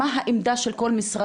מה העמדה של כל משרד,